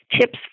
tips